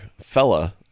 fella